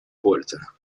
puerta